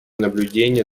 наблюдения